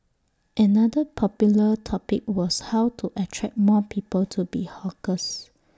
another popular topic was how to attract more people to be hawkers